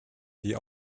die